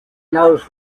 knows